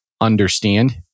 understand